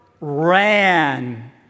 ran